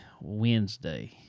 Wednesday